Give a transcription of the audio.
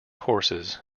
horses